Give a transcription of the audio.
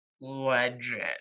legend